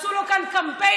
עשו לו כאן קמפיין,